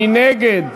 מי נגד?